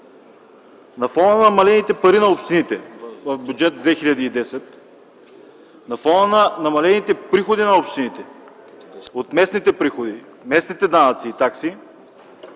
На фона на намалените пари в общините в Бюджет 2010, на фона на намалените приходи на общините от местните данъци и такси,